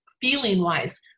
feeling-wise